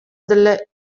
delle